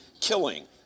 Killing